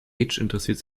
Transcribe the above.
interessierte